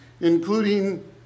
including